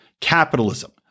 Capitalism